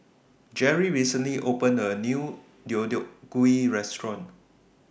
Jerrie recently opened A New Deodeok Gui Restaurant